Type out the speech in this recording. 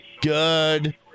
Good